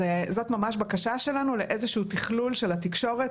זאת ממש בקשה שלנו לאיזשהו תכלול של התקשורת,